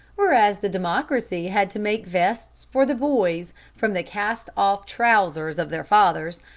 whereas the democracy had to make vests for the boys from the cast-off trousers of their fathers,